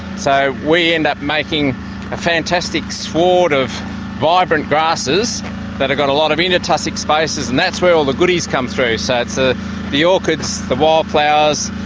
so we end up making a fantastic sward of vibrant grasses that have got a lot of inter-tussock spaces, and that's where all the goodies come through. so it's ah the orchids, the wildflowers,